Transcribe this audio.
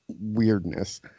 weirdness